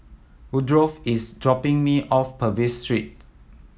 Woodrow is dropping me off Purvis Street